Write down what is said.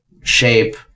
shape